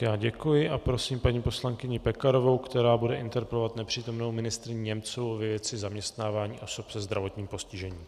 Já děkuji a prosím paní poslankyni Pekarovou, která bude interpelovat nepřítomnou ministryni Němcovou ve věci zaměstnávání osob se zdravotním postižením.